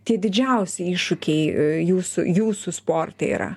tie didžiausi iššūkiai jūsų jūsų sporte yra